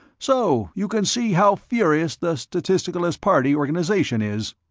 so you can see how furious the statisticalist party organization is!